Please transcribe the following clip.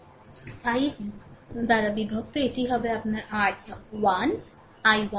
5 বাইবিভক্ত এটি হবে আপনার i 1